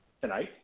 Tonight